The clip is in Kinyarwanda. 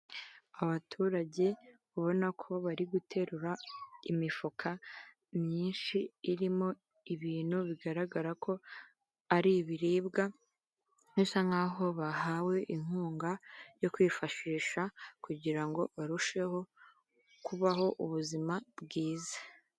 Abaturage ubona ko bari guterura imifuka myinshi irimo ibintu bigaragara ko ari ibiribwa bisa nk'aho bahawe inkunga yo kwifashisha kugira ngo barusheho kubaho ubuzima bwiza.